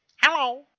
Hello